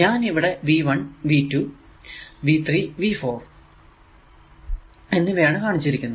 ഞാൻ ഇവിടെ V1V2 V3 V4എന്നിവയാണ് കാണിച്ചിരിക്കുന്നത്